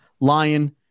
Lion